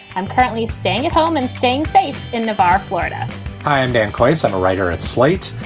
i'm currently staying at home and staying safe in navarre, florida i am dan coates. i'm a writer at slate.